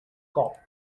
cop